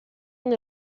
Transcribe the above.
nel